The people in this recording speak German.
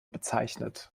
bezeichnet